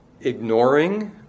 ignoring